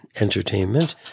entertainment